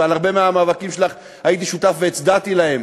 ולהרבה מהמאבקים שלך הייתי שותף והצדעתי להם.